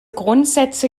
grundsätze